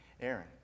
Aaron